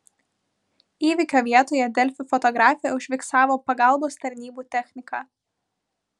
įvykio vietoje delfi fotografė užfiksavo pagalbos tarnybų techniką